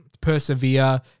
persevere